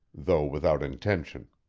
though without intention.